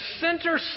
center